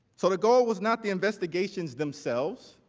sort of goal was not the investigations themselves,